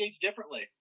differently